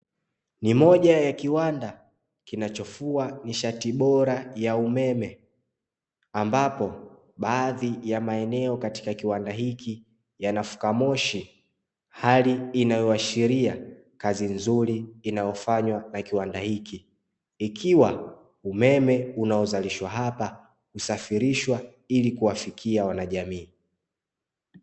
Ni moja ya kiwanda kinachofua nishati bora ya umeme, ambapo baadhi ya maeneo katika kiwanda hiki yanafuka moshi, hali inayoashiria kazi nzuri inayofanywa na kiwanda hiki, ikiwa umeme unaozalishwa hapa husafirishwa ili kuwafikia wanajamii.